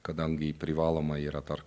kadangi privaloma yra dar